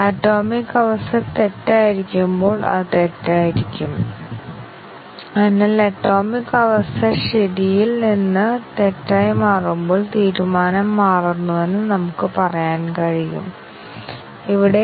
MCDC വളരെ പ്രശസ്തമായ white box testing തന്ത്രമാണ് എന്നതിൽ അതിശയിക്കാനില്ല പ്രോഗ്രാമുകൾ MCDC കവറേജ് ആയിരിക്കണമെന്ന് സോഫ്റ്റ്വെയർ സ്വീകാര്യമാകണമെങ്കിൽ അത് ഉറപ്പുവരുത്തേണ്ടതുണ്ട് എന്ന് പല സർട്ടിഫൈ ചെയ്യുന്ന ഏജൻസികളും നിർബന്ധമാക്കിയിട്ടുണ്ട്